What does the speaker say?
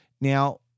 Now